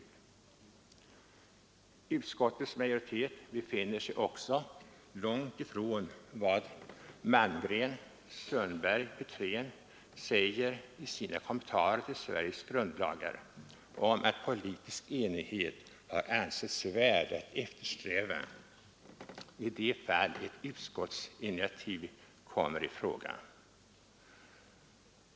Utskottets majoritet befinner sig också långt ifrån vad Malmgren—Sundberg—Petrén säger i sina kommentarer till Sveriges grundlagar om att politisk enighet har ansetts värd att eftersträva i de fall ett utskottsinitiativ kommer i fråga.